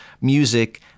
music